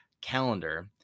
calendar